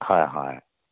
হয় হয়